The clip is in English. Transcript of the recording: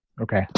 okay